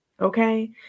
Okay